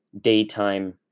Daytime